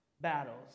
battles